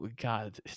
god